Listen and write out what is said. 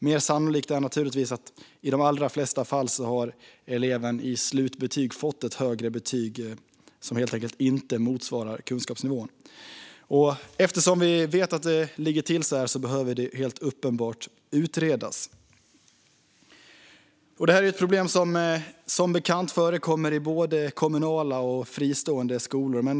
Mer sannolikt är dock att eleven fått ett högre slutbetyg som inte motsvarar kunskapsnivån. Eftersom vi vet att det ligger till så här behöver detta uppenbart utredas. Detta problem förekommer som bekant både i kommunala och fristående skolor.